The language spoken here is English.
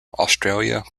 australia